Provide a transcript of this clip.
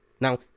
Now